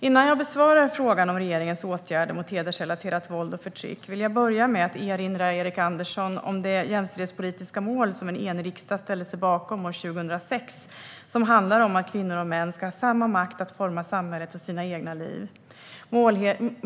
Innan jag besvarar frågan om regeringens åtgärder mot hedersrelaterat våld och förtryck vill jag börja med att erinra Erik Andersson om det jämställdhetspolitiska mål som en enig riksdag ställde sig bakom 2006 och som handlar om att kvinnor och män ska ha samma makt att forma samhället och sina egna liv.